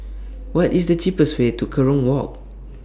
What IS The cheapest Way to Kerong Walk